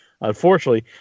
unfortunately